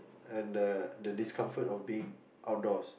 and the the discomfort of being outdoors